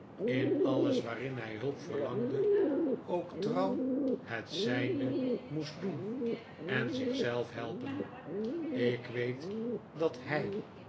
in alles waarin hij hulp verlangde ook trouw het zijne moest doen en zich zelf helpen ik weet dat hij